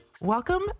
Welcome